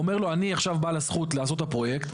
הוא אומר: אני עכשיו בעל הזכות לעשות את הפרויקט,